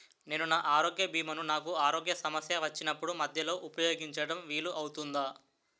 నేను నా ఆరోగ్య భీమా ను నాకు ఆరోగ్య సమస్య వచ్చినప్పుడు మధ్యలో ఉపయోగించడం వీలు అవుతుందా?